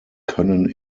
können